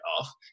off